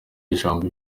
y’ijambo